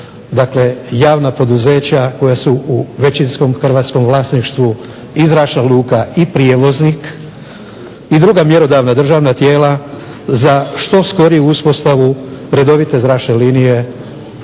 Dakle, javna poduzeća koja su u većinskom hrvatskom vlasništvu i zračna luka i prijevoznik i druga mjerodavna državna tijela za što skoriju uspostavu redovite zračne linije